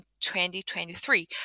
2023